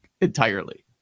entirely